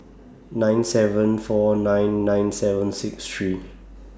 nine seven four nine nine seven six three